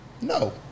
No